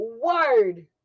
word